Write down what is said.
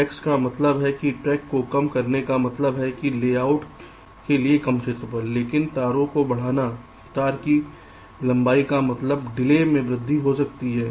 tracks का मतलब है कि ट्रैक्स को कम करने का मतलब है कि लेआउट के लिए कम क्षेत्रफल है लेकिन तारों को बढ़ाना तार की लंबाई का मतलब डिले में वृद्धि हो सकती है